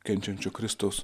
kenčiančio kristaus